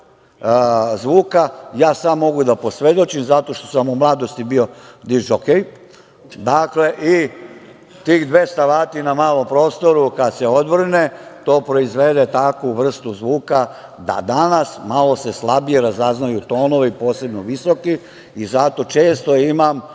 budu? Ja samo mogu da posvedočim zato što sam u mladosti bio disk-džokej, dakle i tih dvesta vati na malom prostoru kada se odvrne to proizvede takvu vrstu zvuka da danas malo se slabije razaznaju tonovi, posebno visoki i zato često imam